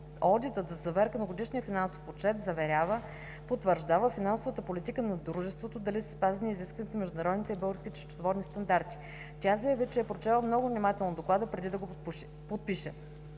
Одитът за заверка на годишния финансов отчет заверява, потвърждава финансовата политика на дружеството дали са спазени изискванията на международните и българските счетоводни стандарти. Тя заяви, че е прочела много внимателно доклада преди да го подпише.